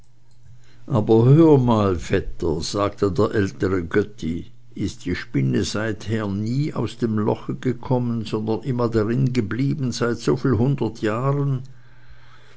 aber hör mal vetter sagte der ältere götti ist die spinne seither nie aus dem loche gekommen sondern immer darin geblieben seit so vielen hundert jahren